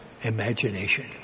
imagination